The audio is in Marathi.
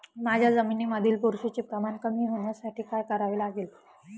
माझ्या जमिनीमधील बुरशीचे प्रमाण कमी होण्यासाठी काय करावे लागेल?